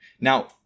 Now